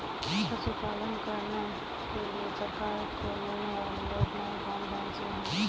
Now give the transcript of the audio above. पशु पालन करने के लिए सरकार से मिलने वाली योजनाएँ कौन कौन सी हैं?